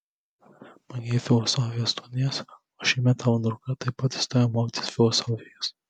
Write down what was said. baigei filosofijos studijas o šiemet tavo dukra taip pat įstojo mokytis filosofijos